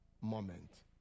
Moment